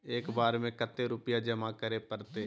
एक बार में कते रुपया जमा करे परते?